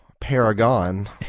Paragon